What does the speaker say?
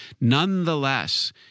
Nonetheless